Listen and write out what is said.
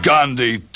Gandhi